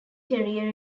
terrier